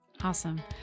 Awesome